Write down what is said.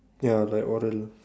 ya like oral